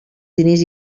diners